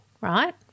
right